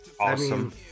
Awesome